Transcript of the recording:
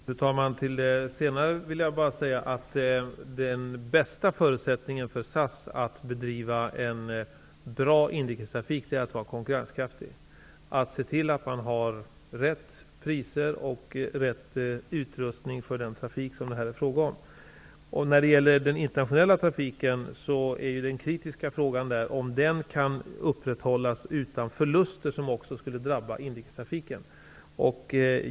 Fru talman! Till det senare vill jag säga: Den bästa förutsättningen för att SAS skall kunna bedriva en bra inrikestrafik är att vara konkurrenskraftig. Man måste se till att man har rätt priser och rätt utrustning för den trafik som det här är fråga om. När det gäller den internationella trafiken är den kritiska frågan om den kan upprätthållas utan förluster, vilket också skulle drabba inrikestrafiken.